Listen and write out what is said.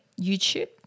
YouTube